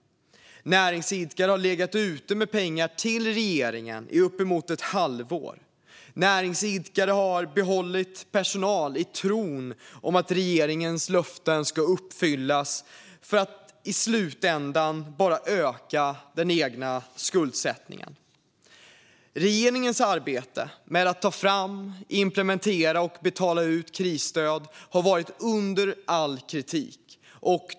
Näringsidkare har legat ute med pengar till regeringen i uppemot ett halvår. Näringsidkare har behållit personal i tron att regeringens löften ska uppfyllas för att i slutänden bara öka den egna skuldsättningen. Regeringens arbete med att ta fram, implementera och betala ut krisstöd har varit under all kritik.